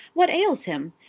what ails him?